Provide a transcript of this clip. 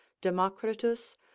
Democritus